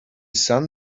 sun